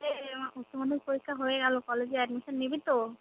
কী রে উচ্চমাধ্যমিক পরীক্ষা হয়ে গেল কলেজে অ্যাডমিশান নিবি তো